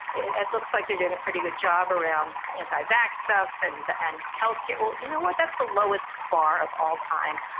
it looks like they're doing a pretty good job around anti back stuff and. and health care. well, you know what? that's the lowest bar of all time.